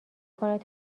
کنید